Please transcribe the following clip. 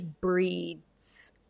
breeds